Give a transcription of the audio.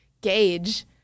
gauge